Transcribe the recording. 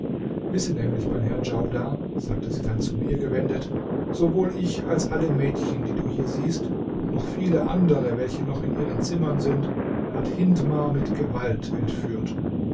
wisse nämlich mein herr djaudar sagte sie dann zu mir gewendet sowohl ich als alle mädchen die du hier siehst und noch viele andere welche noch in ihren zimmern sind hat hindmar mit gewalt entführt